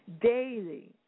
Daily